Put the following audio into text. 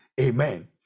amen